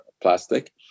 plastic